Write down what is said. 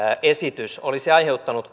esitys olisi aiheuttanut